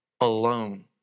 alone